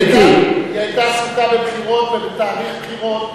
מיקי, היא הייתה עסוקה בבחירות ובתהליך בחירות.